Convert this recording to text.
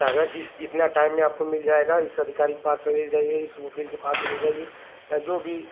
कागज इस इतना टाइम में आपको मिल जाएगा इस अधिकारी के पास चले जाइए इस वकील के पास चले जाइए चाहे जो भी